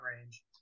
range